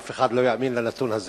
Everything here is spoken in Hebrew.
אף אחד לא יאמין לנתון הזה,